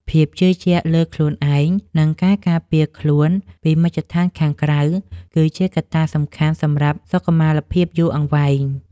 ភាពជឿជាក់លើខ្លួនឯងនិងការការពារខ្លួនពីមជ្ឈដ្ឋានខាងក្រៅគឺជាកត្តាសំខាន់សម្រាប់សុខុមាលភាពយូរអង្វែង។